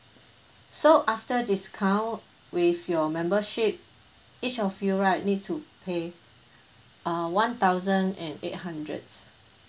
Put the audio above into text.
so after discount with your membership each of you right need to pay uh one thousand and eight hundreds